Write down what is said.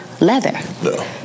leather